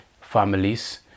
families